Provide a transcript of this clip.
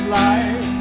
life